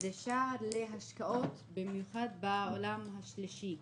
זה שער להשקעות במיוחד בעולם השלישי,